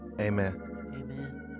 amen